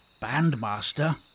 Bandmaster